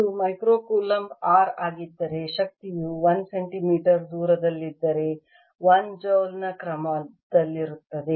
ಇದು micro coulomb r ಆಗಿದ್ದರೆ ಶಕ್ತಿಯು 1 ಸೆಂಟಿಮೀಟರ್ ದೂರದಲ್ಲಿದ್ದರೆ 1 ಜೌಲ್ನ ಕ್ರಮದಲ್ಲಿರುತ್ತದೆ